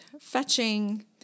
fetching